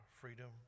freedom